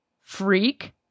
freak